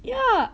yeah